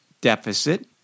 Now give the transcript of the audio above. deficit